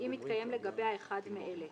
אם מתקיים לגביה אחד מאלה: